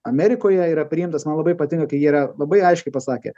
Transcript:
amerikoje yra priimtas man labai patinka kai jie yra labai aiškiai pasakę